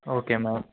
okay ma'am